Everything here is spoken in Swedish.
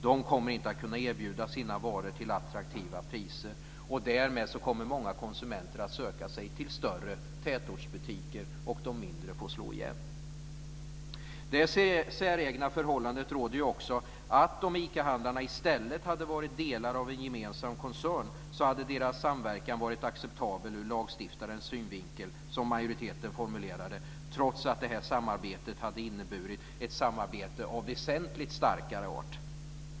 De kommer inte att kunna erbjuda sina varor till attraktiva priser, och därmed kommer många konsumenter att söka sig till större tätortsbutiker. De mindre får slå igen. Det säregna förhållandet råder att om ICA handlarna i stället hade varit delar av en gemensam koncern så hade deras samverkan varit acceptabel ur lagstiftarens synvinkel, som majoriteten formulerar det, trots att det samarbetet hade inneburit ett samarbete av väsentligt starkare art.